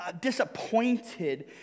disappointed